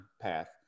path